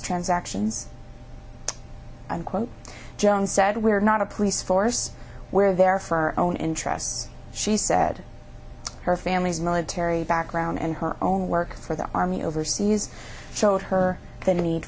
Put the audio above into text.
transactions unquote jones said we're not a police force we're there for our own interests she said her family's military background and her own work for the army overseas showed her the need